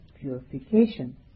purification